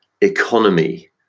economy